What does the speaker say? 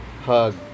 hug